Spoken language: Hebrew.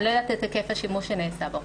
אני לא יודעת את היקף השימוש שנעשה בו.